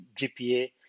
GPA